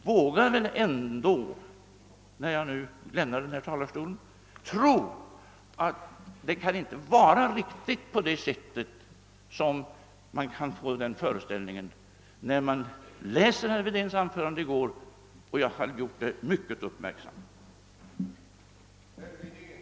Men när jag nu lämnar denna talarstol vågar jag ändå ge uttryck för min tro att den uppfattning man får när man läser herr Wedéns gårdagsanförande — vilket jag har gjort mycket uppmärksamt — inte kan vara riktig.